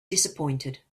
disappointed